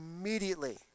immediately